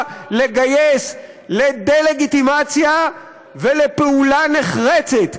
לגייס לדה-לגיטימציה ולפעולה נחרצת,